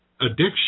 addiction